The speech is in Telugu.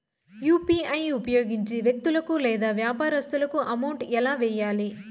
యు.పి.ఐ ఉపయోగించి వ్యక్తులకు లేదా వ్యాపారస్తులకు అమౌంట్ ఎలా వెయ్యాలి